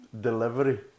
delivery